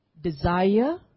desire